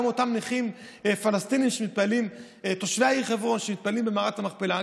גם אותם נכים פלסטינים תושבי העיר חברון שמתפללים במערת המכפלה,